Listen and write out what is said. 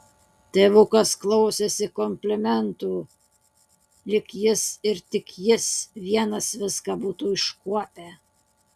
tėvukas klausėsi komplimentų lyg jis ir tik jis vienas viską būtų iškuopę